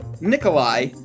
Nikolai